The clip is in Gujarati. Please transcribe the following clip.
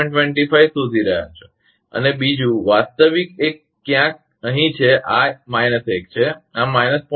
25 શોધી રહ્યા છો અને બીજું વાસ્તવિક એક ક્યાંક અહીં છે આ 1 છે આ 0